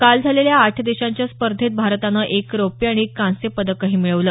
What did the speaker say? काल झालेल्या आठ देशांच्या स्पर्धेत भारतानं एक रौप्य आणि एक कांस्य पदकही मिळवलं